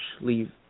leave